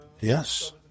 Yes